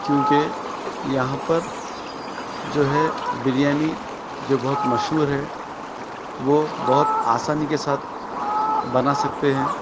کیونکہ یہاں پر جو ہے بریانی جو بہت مشہور ہے وہ بہت آسانی کے ساتھ بنا سکتے ہیں